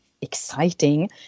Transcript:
exciting